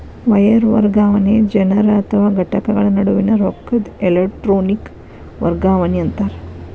wire ವರ್ಗಾವಣೆ ಜನರ ಅಥವಾ ಘಟಕಗಳ ನಡುವಿನ್ ರೊಕ್ಕದ್ ಎಲೆಟ್ರೋನಿಕ್ ವರ್ಗಾವಣಿ ಅಂತಾರ